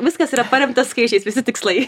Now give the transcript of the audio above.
viskas yra paremta skaičiais visi tikslai